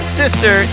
sister